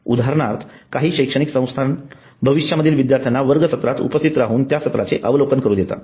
उदाहरणार्थ काही शैक्षणिक संस्था भविष्यातील विद्यार्थ्यांना वर्ग सत्रात उपस्थित राहून त्या सत्राचे अवलोकन करू देतात